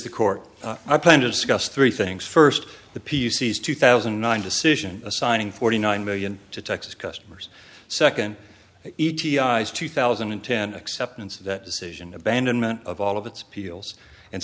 the court i plan to discuss three things first the p c s two thousand and nine decision assigning forty nine million to texas customers second e t i two thousand and ten acceptance of that decision abandonment of all of its heels and